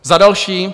Za další.